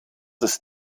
des